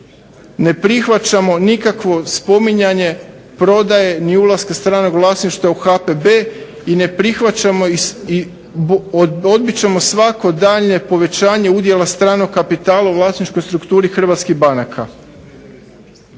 ne prihvaćamo nikakvo spominjanje prodaje ni ulaska stranog vlasništva u HPB i ne prihvaćamo i odmičemo svako daljnje povećanje udjela stranog kapitala u vlasničkoj strukturi hrvatskih banaka.